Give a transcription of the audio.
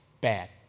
Bad